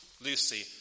Lucy